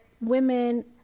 women